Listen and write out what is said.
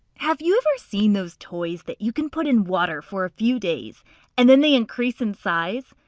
have you ever seen those toys that you can put in water for a few days and then they increase in size?